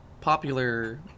popular